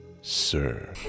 sir